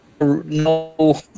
no